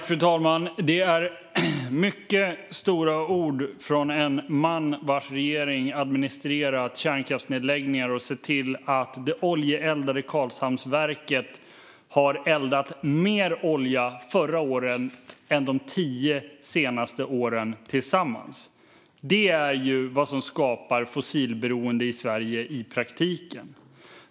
Fru talman! Det är mycket stora ord från en man vars regering administrerat kärnkraftsnedläggningar och sett till att det oljeeldade Karlshamnsverket har eldat mer olja under förra året än de tio senaste åren tillsammans. Det är ju vad som skapar fossilberoende i Sverige i praktiken.